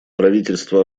правительство